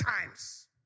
times